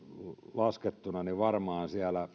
laskettuna varmaan siellä